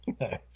nice